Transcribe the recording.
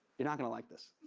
you're not gonna like this.